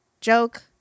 joke